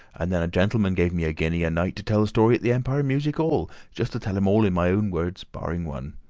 and then a gentleman gave me a guinea a night to tell the story at the empire music all just to tell em in my own words barring one.